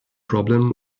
problem